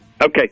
Okay